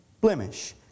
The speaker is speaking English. blemish